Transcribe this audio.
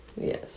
yes